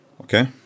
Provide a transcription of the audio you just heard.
okay